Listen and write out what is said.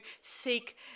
seek